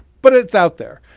but it's out there.